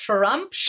Trump